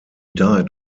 died